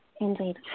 Indeed